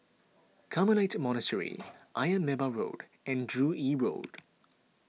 Carmelite Monastery Ayer Merbau Road and Joo Yee Road